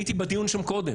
אני הייתי בדיון שם קודם,